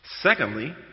Secondly